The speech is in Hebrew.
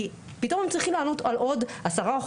כי פתאום הם צריכים לענות על עוד שאלה,